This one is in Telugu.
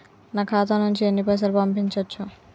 నా ఖాతా నుంచి ఎన్ని పైసలు పంపించచ్చు?